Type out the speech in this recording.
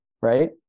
right